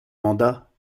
mandats